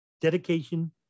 dedication